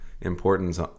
importance